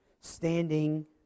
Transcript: Standing